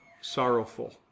sorrowful